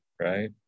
Right